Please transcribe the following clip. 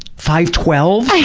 five-twelve?